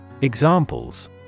Examples